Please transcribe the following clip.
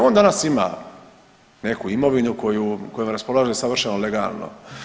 On danas imam neku imovinu koju, kojom raspolaže savršeno legalno.